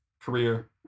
career